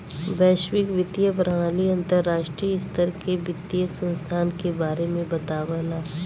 वैश्विक वित्तीय प्रणाली अंतर्राष्ट्रीय स्तर के वित्तीय संस्थान के बारे में बतावला